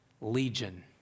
Legion